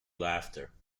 laughter